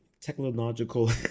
technological